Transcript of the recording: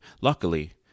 Luckily